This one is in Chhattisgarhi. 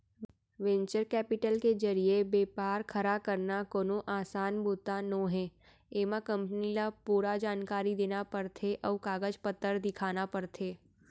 वेंचर केपिटल के जरिए बेपार खड़ा करना कोनो असान बूता नोहय एमा कंपनी ल पूरा जानकारी देना परथे अउ कागज पतर दिखाना परथे